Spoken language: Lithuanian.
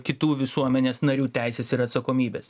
kitų visuomenės narių teises ir atsakomybės